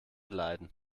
leiden